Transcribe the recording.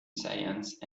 science